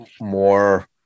more